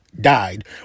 died